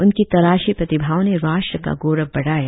उनकी तराशी प्रतिभाओं ने राष्ट्र का गौरव बढ़ाया